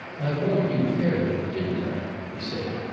i warned you fairly, didn't i? he said.